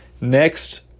Next